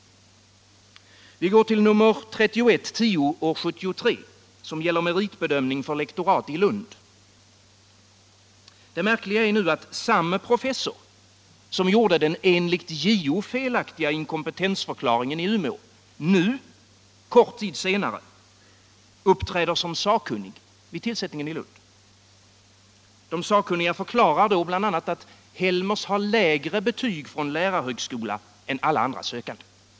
Vi går till 73:3110, som gäller meritbedömning för lektorat i Lund. Det märkliga är att samme professor som gjorde den enligt JO felaktiga inkompetensförklaringen i Umeå nu, kort tid senare, uppträder som sakkunnig vid tillsättningen i Lund. De sakkunniga förklarar då bl.a. att Helmers har lägre betyg från lärarhögskola än alla andra sökande.